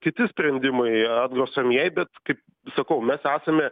kiti sprendimai atgrasomieji bet kaip sakau mes esame